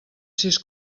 sis